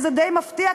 וזה די מפתיע,